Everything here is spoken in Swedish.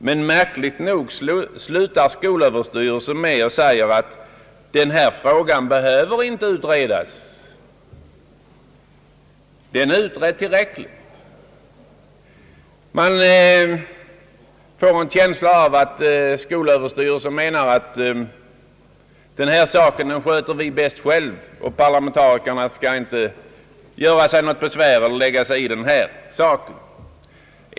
Men märkligt nog slutar skolöverstyrelsen med att säga, att frågan inte behöver utredas, att den är utredd tillräckligt. Man får en känsla av att skolöverstyrelsen anser sig sköta denna sak bäst själv och att parlamentarikerna inte skall göra sig besvär och lägga sig i frågan.